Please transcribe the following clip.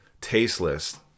tasteless